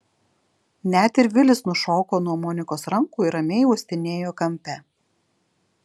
net ir vilis nušoko nuo monikos rankų ir ramiai uostinėjo kampe